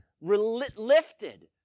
Lifted